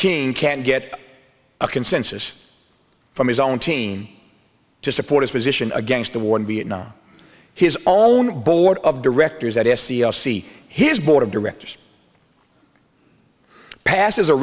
king can't get a consensus from his own team to support his position against the war in vietnam his own board of directors at s c l see his board of directors passes